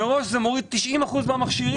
מראש זה מוריד 90% מהמכשירים,